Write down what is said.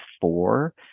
Four